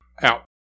Out